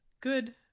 Good